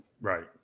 Right